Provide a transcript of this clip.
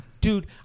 Dude